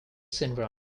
syndrome